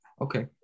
Okay